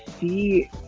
see